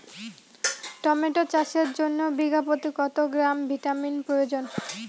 Tomato চাষের জন্য বিঘা প্রতি কত গ্রাম ভিটামিন প্রয়োজন?